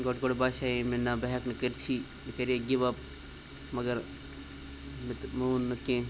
گۄڈٕ گۄڈٕ باسے یہِ مےٚ نَہ بہٕ ہٮ۪کہٕ نہٕ کٔرتھی مےٚ کَرے گِو اَپ مگر مےٚ تہٕ مون نہٕ کیٚنٛہہ